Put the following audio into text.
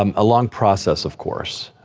um a long process, of course.